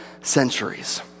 centuries